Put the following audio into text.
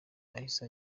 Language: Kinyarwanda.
yahise